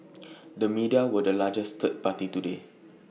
the media were the largest third party today